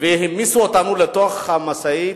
והעמיסו אותנו לתוך המשאית,